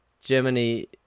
Germany